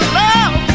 love